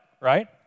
right